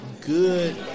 Good